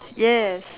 yes